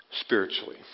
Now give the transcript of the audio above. spiritually